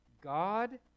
God